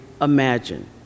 imagine